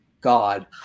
God